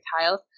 tiles